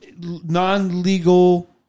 non-legal